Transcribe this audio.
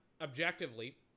objectively